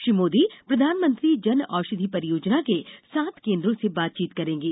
श्री मोदी प्रधानमंत्री जन औषधी परियोजनों के सात केन्द्रों से बातचीत करेंगे